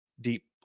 deep